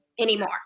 anymore